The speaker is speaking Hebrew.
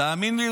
תאמין לי,